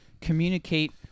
communicate